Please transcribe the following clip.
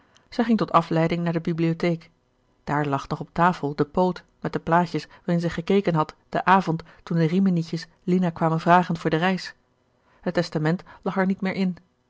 zij ging tot afleiding naar de bibliotheek daar lag nog op tafel de poot met de plaatjes waarin zij gekeken had den avond toen de riminietjes lina kwamen vragen voor de reis het testament lag er niet meer in